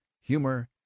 humor